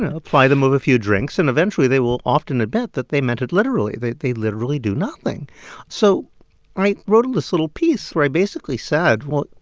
know, ply them with a few drinks, and eventually they will often admit that they meant it literally. they they literally do nothing so i wrote this little piece where i basically said, well,